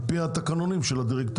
על פי התקנונים של הדירקטוריונים,